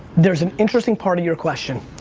there's an interesting part of your question.